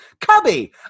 Cubby